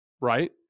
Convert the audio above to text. Right